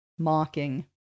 Mocking